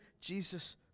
Jesus